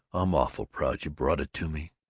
i'm awful proud you brought it to me.